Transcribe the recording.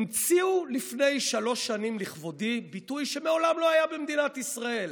המציאו לפני שלוש שנים לכבודי ביטוי שמעולם לא היה במדינת ישראל: